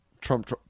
Trump